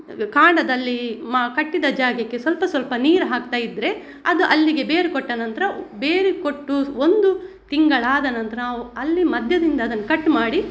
ಕಾಂಡದಲ್ಲಿ ಮ ಕಟ್ಟಿದ ಜಾಗಕ್ಕೆ ಸ್ವಲ್ಪ ಸ್ವಲ್ಪ ನೀರು ಹಾಕ್ತಾ ಇದ್ದರೆ ಅದು ಅಲ್ಲಿಗೆ ಬೇರು ಕೊಟ್ಟನಂತರ ಬೇರಿಗೆ ಕೊಟ್ಟು ಒಂದು ತಿಂಗಳಾದ ನಂತರ ನಾವು ಅಲ್ಲಿ ಮಧ್ಯದಿಂದ ಅದನ್ನು ಕಟ್ ಮಾಡಿ